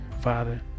Father